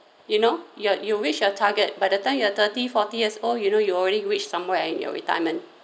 you know you you reach your target by the time you're thirty forty years old you know you're already reach somewhere your retirement